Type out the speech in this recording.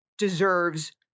Deserves